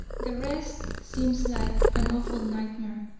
the rest seems like an awful nightmare.